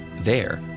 there,